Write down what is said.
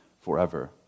forever